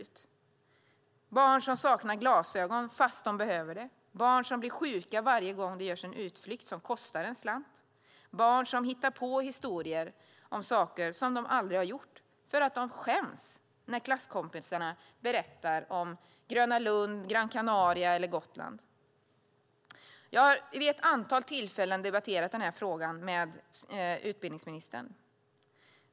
Det är barn som saknar glasögon fast de behöver, barn som blir sjuka varje gång det görs en utflykt som kostar en slant, barn som hittar på historier om saker som de aldrig har gjort för att de skäms när klasskompisarna berättar om Gröna Lund, Gotland eller Gran Canaria. Jag har vid ett antal tillfällen debatterat den här frågan med utbildningsministern.